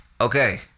okay